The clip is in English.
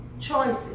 choices